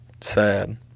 Sad